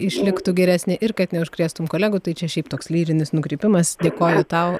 išliktų geresnė ir kad neužkrėstum kolegų tai čia šiaip toks lyrinis nukrypimas dėkoju tau